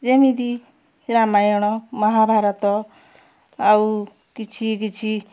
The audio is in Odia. ଯେମିତି ରାମାୟଣ ମହାଭାରତ ଆଉ କିଛି କିଛି